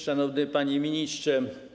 Szanowny Panie Ministrze!